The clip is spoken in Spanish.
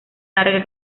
larga